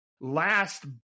Last